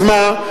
אז מה?